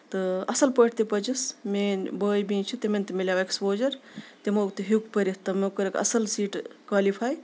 تہٕ اَصٕل پٲٹھۍ تہِ پٔچِس میٲنۍ باے بییٚہِ چھِ تمن تہِ مِلیو اٮ۪کٔسپوٚجر تِمو تہِ ہٮ۪کو پٔرِتھ تِمو تہِ کٔرکھ اَصٕل سیٖٹہٕ کالِفے